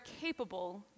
capable